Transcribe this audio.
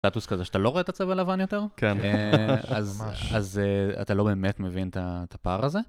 סטטוס כזה שאתה לא רואה את הצבע הלבן יותר, כן (צחוק) אז.. אז אה.. אתה לא באמת מבין את ה.. את הפער הזה